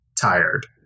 tired